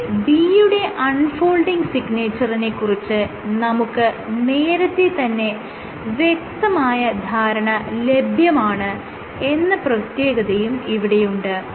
ഇവിടെ B യുടെ unfolding സിഗ്നേച്ചറിനെ കുറിച്ച് നമുക്ക് നേരത്തെ തന്നെ വ്യക്തമായ ധാരണ ലഭ്യമാണ് എന്ന പ്രത്യേകതയും ഇവിടെയുണ്ട്